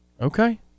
Okay